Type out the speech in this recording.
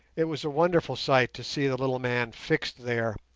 it was a wonderful sight to see the little man fixed there,